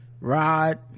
rod